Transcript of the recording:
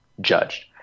judged